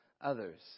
others